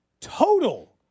total